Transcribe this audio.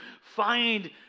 find